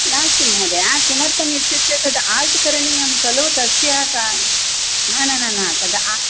नास्ति महोदया किमर्थमित्युक्ते तद् आर्ट् करणीयं खलु तस्य सा न न न तदा आर्